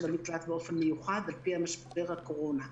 המקלט באופן מיוחד על פי משבר הקורונה.